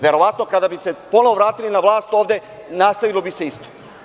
Verovatno kada bi se ponovo vratili na vlast ovde, nastavilo bi se isto.